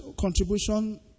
contribution